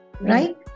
right